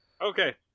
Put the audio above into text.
Okay